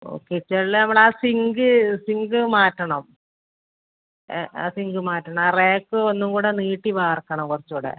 ഓ കിച്ചണിൽ നമ്മൾ ആ സിങ്ക് സിങ്ക് മാറ്റണം ഏ ആ സിങ്ക് മാറ്റണം റാക്ക് ഒന്നും കൂടി നീട്ടി വാർക്കണം കുറച്ചുകൂടെ